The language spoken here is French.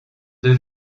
deux